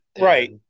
Right